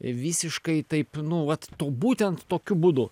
visiškai taip nu vat tuo būtent tokiu būdu